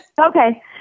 Okay